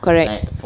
correct